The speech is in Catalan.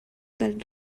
del